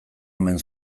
omen